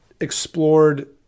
explored